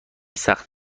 سخت